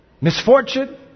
misfortune